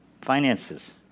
Finances